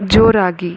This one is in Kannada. ಜೋರಾಗಿ